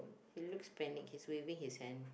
he looks panicked he's waving his hand